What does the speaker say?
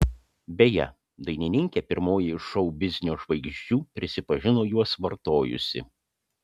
beje dainininkė pirmoji iš šou biznio žvaigždžių prisipažino juos vartojusi